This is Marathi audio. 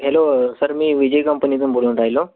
हॅलो सर मी विजय कंपनीतून बोलून राहिलो